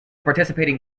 participating